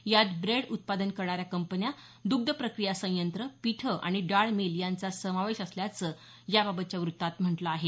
यात ब्रेड उत्पादन करणाऱ्या कंपन्या दग्ध प्रक्रिया संयंत्र पीठं आणि डाळ मिल यांचा समावेश असल्याचं याबाबतच्या व्रत्तात म्हटल आहे